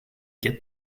get